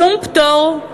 שום פטור,